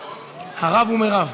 הרב הוא מרב.